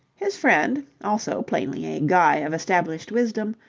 his friend, also plainly a guy of established wisdom,